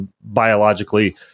biologically